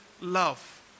love